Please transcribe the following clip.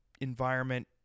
environment